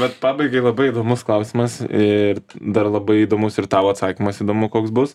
vat pabaigai labai įdomus klausimas ir dar labai įdomus ir tau atsakymas įdomu koks bus